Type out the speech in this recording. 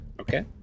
Okay